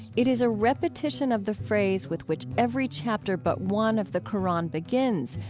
it is a repetition of the phrase with which every chapter but one of the qur'an begins,